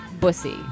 bussy